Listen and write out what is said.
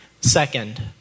Second